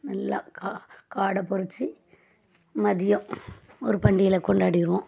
நல்லா கா காடை பொரிச்சி மதியம் ஒரு பண்டிகைகளை கொண்டாடிடுவோம்